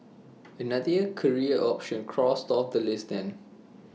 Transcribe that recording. another career option crossed off the list then